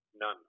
None